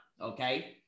Okay